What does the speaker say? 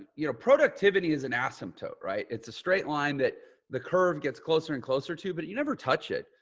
you know, productivity is an asymptote, right? it's a straight line that the curve gets closer and closer to, but you never touch it.